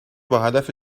باهدف